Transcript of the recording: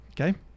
Okay